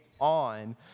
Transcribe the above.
On